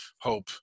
hope